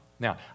Now